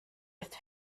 ist